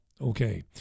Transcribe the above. Okay